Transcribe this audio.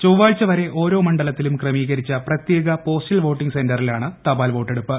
ചൊവ്വാഴ്ച വരെ ഓരോ മണ്ഡലത്തിലും ക്രമീകരിച്ച പ്രത്യേക പോസ്റ്റൽ വോട്ടിങ് സെൻററിലാണ് തപാൽ വോട്ടെടുപ്പ്